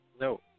No